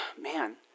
man